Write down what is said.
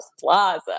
plaza